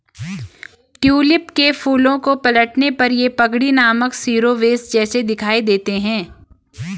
tulip के फूलों को पलटने पर ये पगड़ी नामक शिरोवेश जैसे दिखाई देते हैं